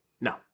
No